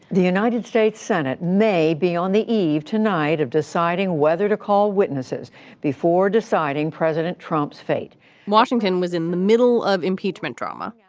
the united states senate may be on the eve tonight of deciding whether to call witnesses before deciding president trump's fate washington was in the middle of impeachment drama. yeah